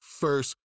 first